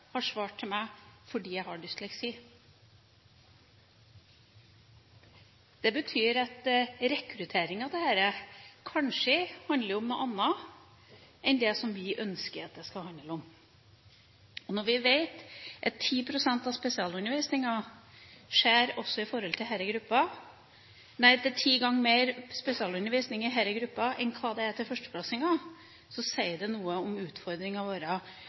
har svart meg: Det er fordi jeg har dysleksi. Det betyr at rekrutteringen til dette kanskje handler om noe annet enn det som vi ønsker at det skal handle om. Når vi vet at det gis opp til ti ganger mer spesialundervisning til denne gruppa enn hva som gis til førsteklassinger, sier det noe om utfordringen vår med å snu pyramidene i norsk skole. Det er mye jeg har lyst til å snakke om.